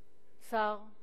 השר,